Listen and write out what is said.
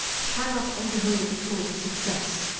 cannot on the whole be called a success.